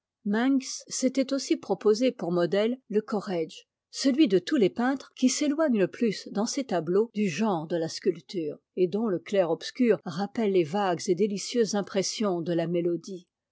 s'était aussi proposé pour modèle le corrége celui de tous les peintres qui s'éloigne le plus dans ses tableaux du genre de la sculpture et dont le clair-obscur rappelle les vagues et délicieuses impressions de amé odie